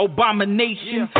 Abomination